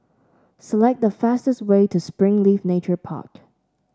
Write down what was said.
select the fastest way to Springleaf Nature Park